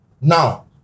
Now